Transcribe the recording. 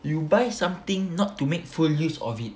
you buy something not to make full use of it